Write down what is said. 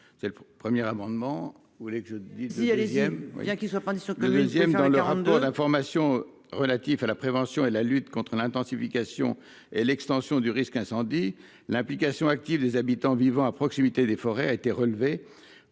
C'est le premier amendement. Vous voulez que je dise il a aime